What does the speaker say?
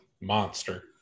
monster